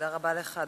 תודה רבה לך,